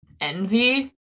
envy